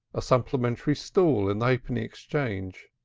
a supplementary stall in the halfpenny exchange,